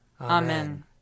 Amen